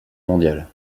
mondiale